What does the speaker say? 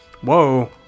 Whoa